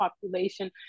population